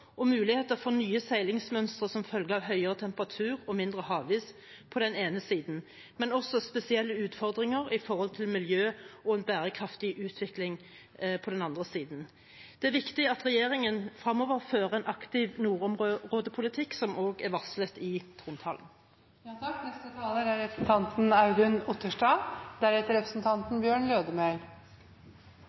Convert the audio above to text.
og muligheter for nye seilingsmønstre som følge av høyere temperatur og mindre havis på den ene siden, men også spesielle utfordringer når det gjelder miljø og en bærekraftig utvikling på den andre siden. Det er viktig at regjeringen fremover fører en aktiv nordområdepolitikk, som også er varslet i